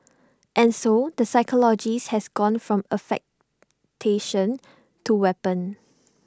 and so the psychologist has gone from affectation to weapon